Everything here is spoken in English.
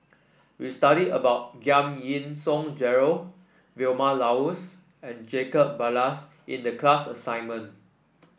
we studied about Giam Yean Song Gerald Vilma Laus and Jacob Ballas in the class assignment